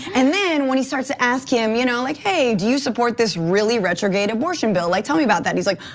and then when he starts to ask him, you know like hey, do you support this really retrograde abortion bill, like tell me about that. he's like,